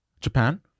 Japan